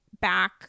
back